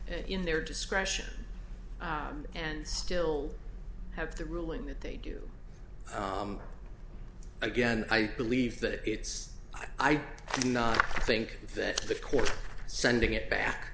in their discretion and still have the ruling that they do again i believe that it's i do not think that the court sending it back